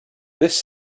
this